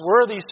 worthy